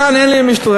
כאן אין לי משטרה,